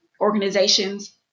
organizations